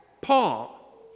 Paul